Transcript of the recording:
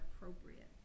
appropriate